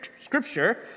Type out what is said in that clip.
scripture